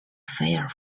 fire